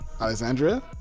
Alexandria